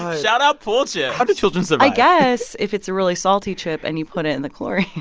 ah shout out, pool chips how do children survive? i guess if it's a really salty chip and you put it in the chlorine.